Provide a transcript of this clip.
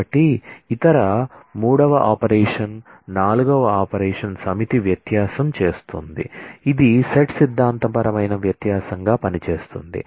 కాబట్టి ఇతర 3 వ ఆపరేషన్ 4 వ ఆపరేషన్ సమితి వ్యత్యాసం చేస్తోంది ఇది సెట్ సిద్ధాంతపరమైన వ్యత్యాసంగా పనిచేస్తుంది